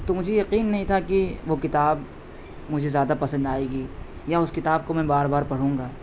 تو مجھے یقین نہیں تھا کہ وہ کتاب مجھے زیادہ پسند آئے گی یا اس کتاب کو میں بار بار پڑھوں گا